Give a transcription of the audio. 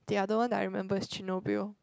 the other one that I remember is Chernobyl